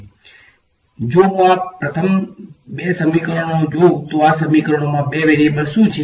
બે વેરીએબલ્સ છે જો હું આ પ્રથમ બે સમીકરણો જોઉં તો આ સમીકરણોમાં બે વેરીએબલ્સ શું છે